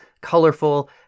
colorful